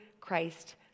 Christ